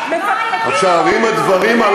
תוכנית החלוקה של האו"ם, שעברה בכ"ט בנובמבר,